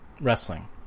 wrestling